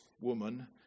woman